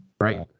Right